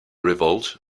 revolt